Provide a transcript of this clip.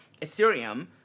Ethereum